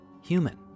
human